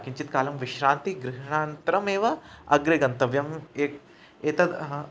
किञ्चित् कालं विश्रान्तिग्रहणानन्तरमेव अग्रे गन्तव्यम् ए एतद् हा